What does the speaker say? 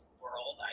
world